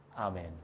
Amen